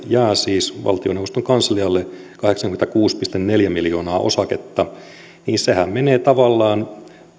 ja valtiolle siis valtioneuvoston kanslialle jää kahdeksankymmentäkuusi pilkku neljä miljoonaa osaketta niin sehän menee tavallaan